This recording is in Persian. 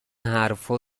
حرفها